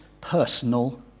personal